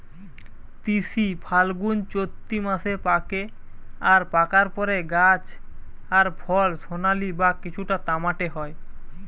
তিসি ফাল্গুনচোত্তি মাসে পাকে আর পাকার পরে গাছ আর ফল সোনালী বা কিছুটা তামাটে হয়